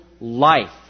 life